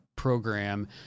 Program